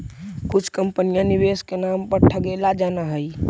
कुछ कंपनी निवेश के नाम पर ठगेला जानऽ हइ